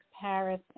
Paris